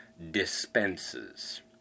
Dispenses